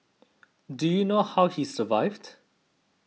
do you know how he survived